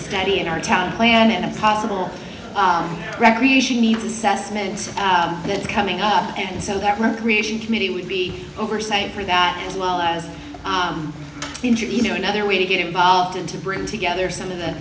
study in our town plan and a possible recreation needs assessment that's coming up and so that recreation committee would be oversight for that as well as you know another way to get involved and to bring together some of the